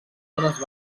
zones